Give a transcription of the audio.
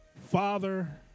father